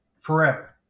Forever